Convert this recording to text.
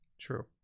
true